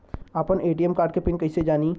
आपन ATM card के pin कईसे जानी?